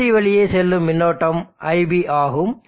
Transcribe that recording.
battery வழியே செல்லும் மின்னோட்டம் iB ஆகும்